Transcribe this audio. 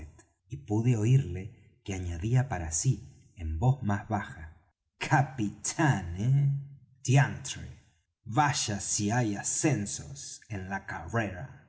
y pude oirle que añadía para sí en voz más baja capitán eh diantre vaya si hay ascensos en la carrera